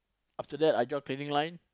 after that I join cleaning line